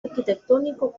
arquitectónico